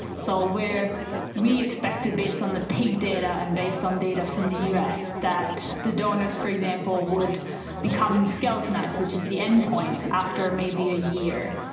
so where we expected based on the pig data and based on data from the us that the donors, for example, would become skeletonised, which is the endpoint after maybe a year,